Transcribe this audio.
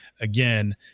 again